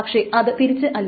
പക്ഷെ അത് തിരിച്ച് അല്ല